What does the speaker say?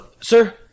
Sir